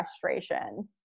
frustrations